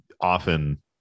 often